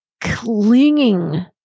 clinging